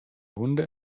hunde